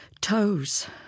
Toes